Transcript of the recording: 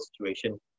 situation